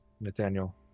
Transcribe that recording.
Nathaniel